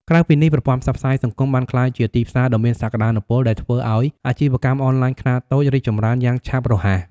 ក្រៅពីនេះប្រព័ន្ធផ្សព្វផ្សាយសង្គមបានក្លាយជាទីផ្សារដ៏មានសក្តានុពល ដែលធ្វើឲ្យ អាជីវកម្មអនឡាញខ្នាតតូច រីកចម្រើនយ៉ាងឆាប់រហ័ស។